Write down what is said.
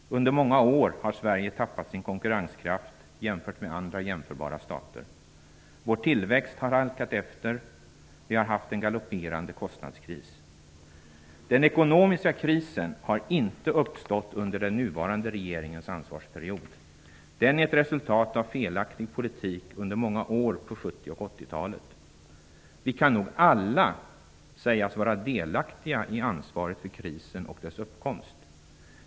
Under många år har Sverige tappat sin konkurrenskraft i förhållande till andra jämförbara stater. Vår tillväxt har halkat efter. Vi har haft en galopperande kostnadskris. Den ekonomiska krisen har inte uppstått under den nuvarande regeringens ansvarsperiod. Den är ett resultat av felaktig politik under många år på 70 och 80-talet. Vi kan nog alla sägas vara delaktiga i ansvaret för krisen och dess uppkomst.